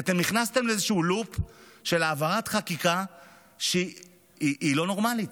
כי אתם נכנסתם לאיזשהו לופ של העברת חקיקה שהיא לא נורמלית.